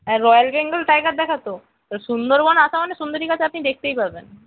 হ্যাঁ royal Bengal tiger দেখা তো তো সুন্দরবন আসা মানে সুন্দরী গাছ আপনি দেখতেই পাবেন